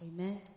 Amen